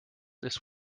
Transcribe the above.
this